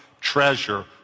treasure